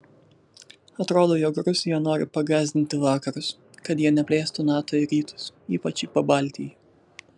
atrodo jog rusija nori pagąsdinti vakarus kad jie neplėstų nato į rytus ypač į pabaltijį